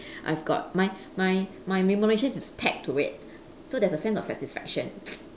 I've got my my my remuneration is tagged to it so there's a sense of satisfaction